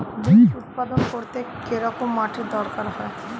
Beets উৎপাদন করতে কেরম মাটির দরকার হয়?